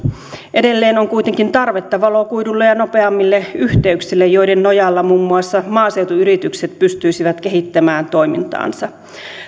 edelleen on kuitenkin tarvetta valokuidulle ja nopeammille yhteyksille joiden nojalla muun muassa maaseutuyritykset pystyisivät kehittämään toimintaansa